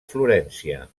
florència